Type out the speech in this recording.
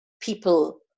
people